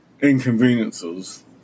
inconveniences